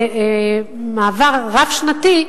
במעבר רב-שנתי,